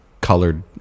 colored